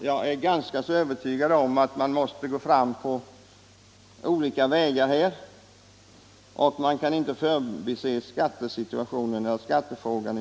Jag är övertygad om att man måste gå fram på olika vägar och att man inte kan förbise skattefrågan.